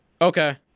Okay